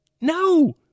No